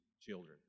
children